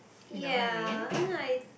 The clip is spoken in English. ya I